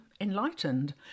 enlightened